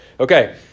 Okay